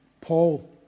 Paul